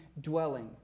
dwelling